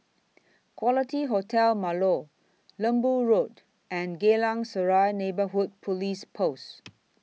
Quality Hotel Marlow Lembu Road and Geylang Serai Neighbourhood Police Post